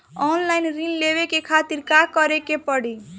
Online ऋण लेवे के खातिर का करे के पड़ी?